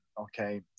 okay